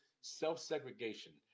self-segregation